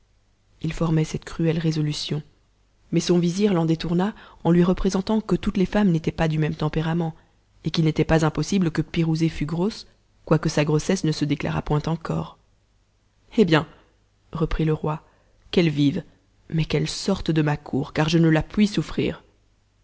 il formait cette cruelle résolution mais son vizir l'en détourna en lui représentant que toutes les femmes n'étaient pas du même tempérament et qu'il n'était pas impossible que pirouzé fût grosse quoique sa grossesse ne se déclarât point encore hé bien reprit le roi qu'elle vive mais qu'elle sorte de ma cour car je ne la puis souffrir